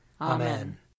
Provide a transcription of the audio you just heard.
Amen